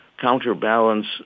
counterbalance